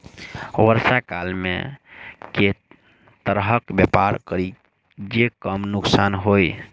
वर्षा काल मे केँ तरहक व्यापार करि जे कम नुकसान होइ?